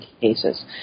cases